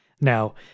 Now